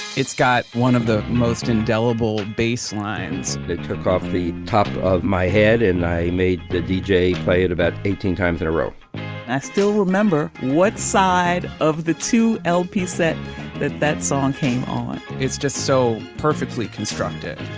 it's got one of the most indelible bass lines. they took off the top of my head and i made the deejay play it about eighteen times in a row i still remember what side of the two lp set that that song came on. it's just so perfectly constructed